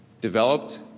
developed